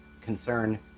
concern